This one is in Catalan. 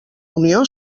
unió